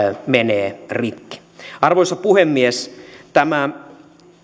menee rikki arvoisa puhemies tämä